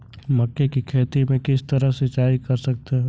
मक्के की खेती में किस तरह सिंचाई कर सकते हैं?